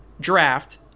draft